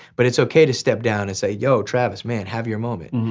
but it's okay to step down and say yo travis man, have your moment,